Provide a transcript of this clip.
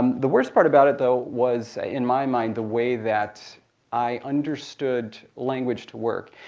um the worst part about it though, was, in my mind, the way that i understood language to work,